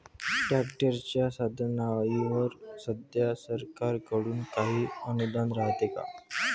ट्रॅक्टरच्या साधनाईवर सध्या सरकार कडून काही अनुदान रायते का?